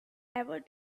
ever